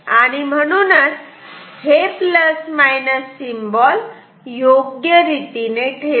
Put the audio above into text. आणि म्हणूनच हे प्लस मायनस सिम्बॉल योग्य रीतीने ठेवा